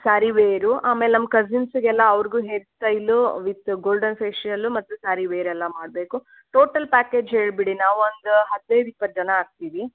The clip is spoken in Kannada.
ಸಾರೀ ವೇರು ಆಮೇಲೆ ನಮ್ಮ ಕಸಿನ್ಸ್ಗೆಲ್ಲ ಅವ್ರಿಗೂ ಹೇರ್ಸ್ಟೈಲು ವಿದ್ ಗೋಲ್ಡನ್ ಫೇಶಿಯಲು ಮತ್ತು ಸಾರೀ ವೇರ್ ಎಲ್ಲ ಮಾಡಬೇಕು ಟೋಟಲ್ ಪ್ಯಾಕೇಜ್ ಹೇಳಿಬಿಡಿ ನಾವೊಂದು ಹದಿನೈದು ಇಪ್ಪತ್ತು ಜನ ಆಗ್ತೀವಿ